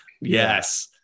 yes